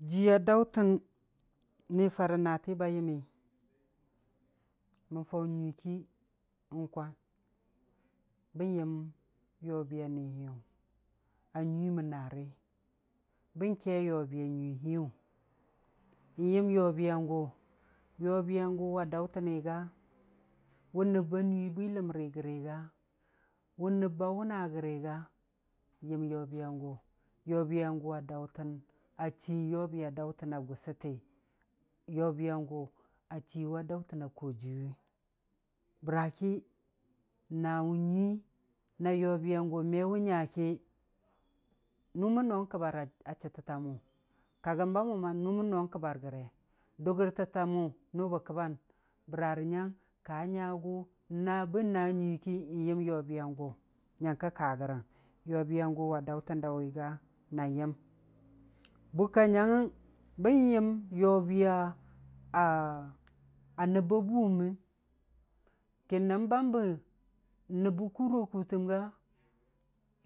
Jiiya daʊtən ni farə naati ba yəmmi, mən faun nyuii ki n'kwan, bən yəm yobiya nihiyu, a nyuii mən naari, bən kee yoobiya nyuii hiyu, n'yəm yoobiyan gʊ, yoobiya gʊ wa daʊtəmi ga, wʊ nəb ba nuii bwiləmri gəri ga, wʊ nəb ba wʊna gəri ga, yəm yoobiyan gʊ, yoobiyan gʊ a daʊtən, a chiin yoobiya daʊtəna gʊsʊti, yoobiyan gʊ a chii yoobiya daʊtəna koojiiyuwi, bəraki naawʊ nyuii na yoobiyan gʊ me wʊ nya ki, nʊ bən no kəbar a chətətta mʊ, kagəm ba mʊm ma nʊmən no kəbar gəre, dʊgʊr tətta mʊ nʊ bə kəban, bəra rə nyang ka nyagʊ n'naa bən naa nyuii ki, yəm yoobiyan gʊ nyəngkə ka gərəng, yobiyan gə wa daʊtən daʊuwiyʊ ga na yəm, bukka nyangngəng bən yəm yobiya a nəb ba buuwʊmi, kə nəm bambə nəb bə kuuro kuutəm ga,